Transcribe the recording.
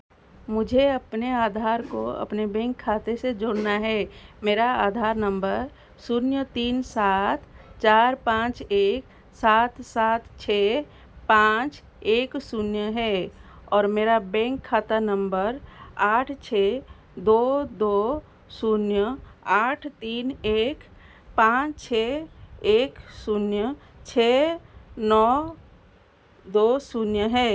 मुझे अपने आधार को अपने बैंक खाते से जोड़ना है मेरा आधार नंबर शून्य तीन सात चार पाँच एक सात सात छः पाँच एक शून्य है और मेरा बैंक खाता नंबर आठ छः दो दो शून्य आठ तीन एक पाँच छः एक शून्य छः नौ दो शून्य है